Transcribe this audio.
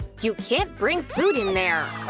you can't bring food in there!